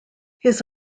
his